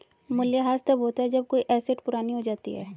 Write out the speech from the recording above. मूल्यह्रास तब होता है जब कोई एसेट पुरानी हो जाती है